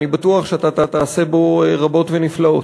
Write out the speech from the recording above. אני בטוח שאתה תעשה בו רבות ונפלאות.